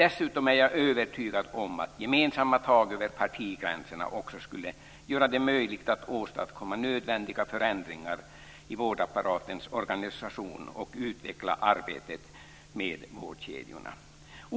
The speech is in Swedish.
Dessutom är jag övertygad om att gemensamma tag över partigränserna också skulle göra det möjligt att åstadkomma nödvändiga förändringar i vårdapparatens organisation och utveckla arbetet med vårdkedjorna.